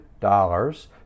dollars